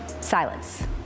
silence